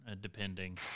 depending